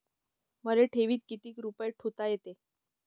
मले ठेवीत किती रुपये ठुता येते?